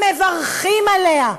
הם מברכים עליה.